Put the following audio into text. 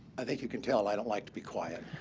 i think you can tell i don't like to be quiet.